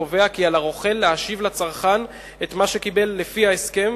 וקובע כי על הרוכל להשיב לצרכן את מה שקיבל לפי ההסכם,